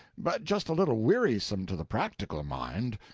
but just a little wearisome to the practical mind.